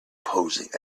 posing